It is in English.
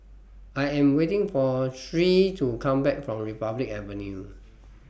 I Am waiting For Nyree to Come Back from Republic Avenue